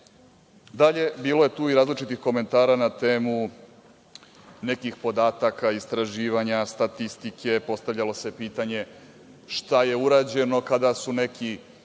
bilo je tu i različitih komentara na temu nekih podataka, istraživanja, statistike, postavljalo se pitanje šta je urađeno kada su neki